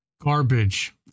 Garbage